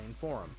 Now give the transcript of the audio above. forum